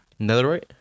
Netherite